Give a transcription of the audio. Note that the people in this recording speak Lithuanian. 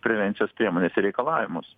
prevencijos priemones ir reikalavimus